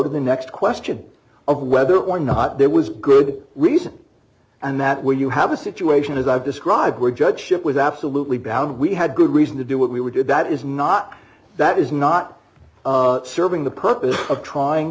to the next question of whether or not there was good reason and that when you have a situation as i've described where judge ship was absolutely bound we had good reason to do what we would do that is not that is not serving the purpose of trying